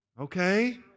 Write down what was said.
Okay